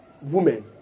women